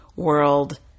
world